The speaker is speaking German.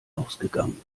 ausgegangen